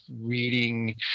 reading